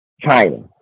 China